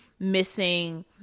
missing